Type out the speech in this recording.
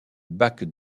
bac